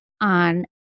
on